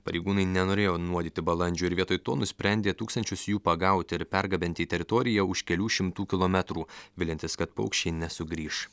pareigūnai nenorėjo nuodyti balandžių ir vietoj to nusprendė tūkstančius jų pagauti ir pergabenti į teritoriją už kelių šimtų kilometrų viliantis kad paukščiai nesugrįš